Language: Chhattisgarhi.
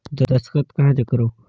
दस्खत कहा जग करो?